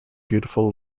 beautiful